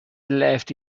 left